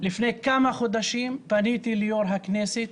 לפני כמה חודשים פניתי ליו"ר הכנסת,